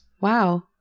Wow